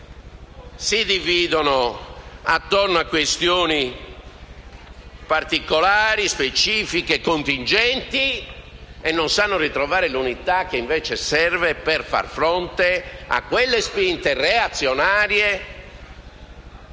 si dividono attorno alle inezie, a questioni particolari, specifiche e contingenti e non sanno ritrovare l'unità, che invece serve per far fronte a quelle spinte reazionarie,